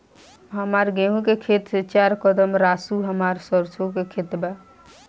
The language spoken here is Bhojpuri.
हमार गेहू के खेत से चार कदम रासु हमार सरसों के खेत बा